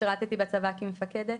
שירתתי בצבא כמפקדת,